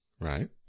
Right